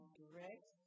direct